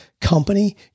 company